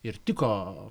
ir tiko